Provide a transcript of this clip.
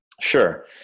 sure